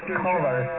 color